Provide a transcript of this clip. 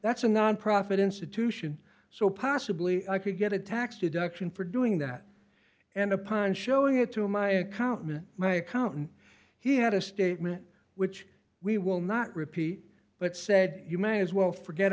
that's a nonprofit institution so possibly i could get a tax deduction for doing that and upon showing it to my accountant my accountant he had a statement which we will not repeat but said you may as well forget